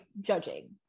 judging